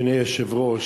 אדוני היושב-ראש,